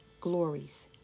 glories